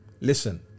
listen